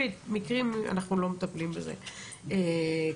אנחנו לא מטפלים במקרים ספציפיים כאן.